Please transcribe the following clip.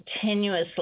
continuously